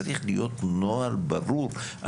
צריך להיות נוהל ברור.